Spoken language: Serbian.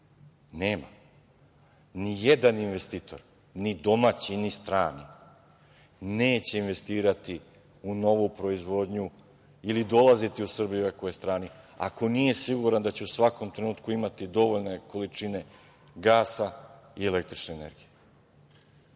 nema. Nijedan investitor, ni domaći ni strani neće investirati u novu proizvodnju, ili dolaziti u Srbiju ako je strani, ako nije siguran da će u svakom trenutku imati dovoljne količine gasa i električne energije. Ne